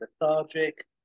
lethargic